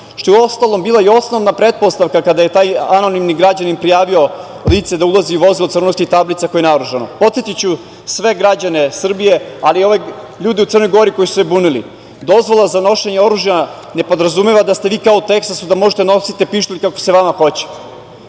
što je, uostalom, bila i osnovna pretpostavka kada je taj anonimni građanin prijavio lice da ulazi u vozilo crnogorskih tablica, koje je naoružano. Podsetiću sve građane Srbije, ali i ove ljude u Crnoj Gori koji su se bunili, dozvola za nošenje oružja ne podrazumeva da ste vi kao u Teksasu, da možete da nosite pištolj kako se vama hoće.